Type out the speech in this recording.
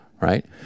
right